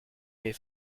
mes